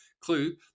clue